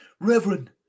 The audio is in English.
Reverend